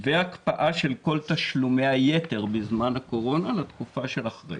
והקפאה של כל תשלומי היתר בזמן הקורונה לתקופה של אחרי.